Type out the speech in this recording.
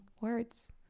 words